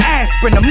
aspirin